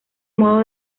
modo